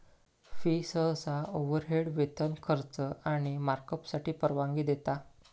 fee सहसा overhead, वेतन, खर्च आणि मार्कअपसाठी परवानगी देता